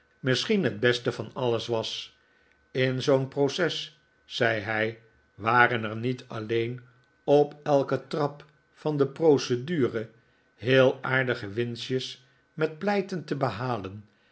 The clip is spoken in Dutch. misschien het beste van alles was in zoo'n proces zei hij waren er niet alleen op elken trap van de procedure heel aardige winstjes met pleiten te behalen